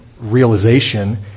Realization